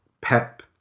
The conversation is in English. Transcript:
Pep